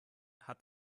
hat